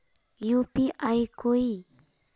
UPI कोई